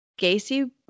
Gacy